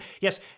Yes